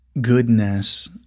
goodness